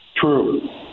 True